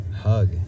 hug